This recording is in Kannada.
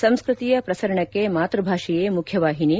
ಸಂಸ್ಕೃತಿಯ ಪ್ರಸರಣಕ್ಕೆ ಮಾತ್ಯಭಾಷೆಯೇ ಮುಖ್ಯವಾಹಿನಿ